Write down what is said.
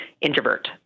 introvert